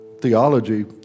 theology